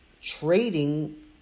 trading